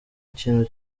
kintu